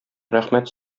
рәхмәт